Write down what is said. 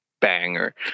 Banger